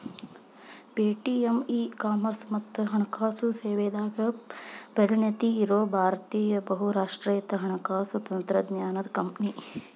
Paytm e commerce ಮತ್ತ ಹಣಕಾಸು ಸೇವೆದಾಗ ಪರಿಣತಿ ಇರೋ ಭಾರತೇಯ ಬಹುರಾಷ್ಟ್ರೇಯ ಹಣಕಾಸು ತಂತ್ರಜ್ಞಾನದ್ ಕಂಪನಿ